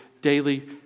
daily